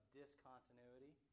discontinuity